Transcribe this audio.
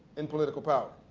and political power.